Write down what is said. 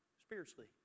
spiritually